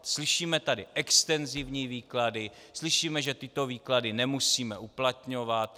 Slyšíme tady extenzivní výklady, slyšíme, že tyto výklady nemusíme uplatňovat.